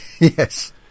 Yes